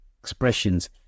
expressions